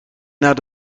naar